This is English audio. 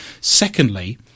secondly